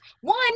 one